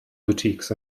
boutiques